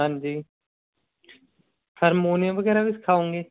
ਹਾਂਜੀ ਹਰਮੋਨੀਅਮ ਵਗੈਰਾ ਵੀ ਸਿਖਾਉਂਗੇ